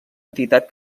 entitat